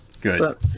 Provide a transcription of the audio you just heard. good